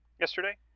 yesterday